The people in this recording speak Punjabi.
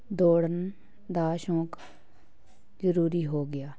ਦੌੜਨ ਦਾ ਸ਼ੌਕ ਜ਼ਰੂਰੀ ਹੋ ਗਿਆ